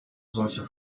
solcher